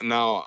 Now